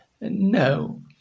No